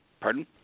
Pardon